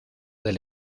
del